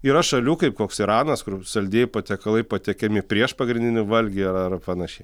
yra šalių kaip koks iranas kur saldieji patiekalai patiekiami prieš pagrindinį valgį ar ar panašiai